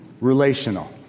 Relational